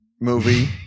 movie